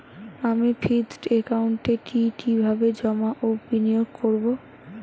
আমি ফিক্সড একাউন্টে কি কিভাবে জমা ও বিনিয়োগ করব?